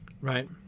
Right